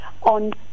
on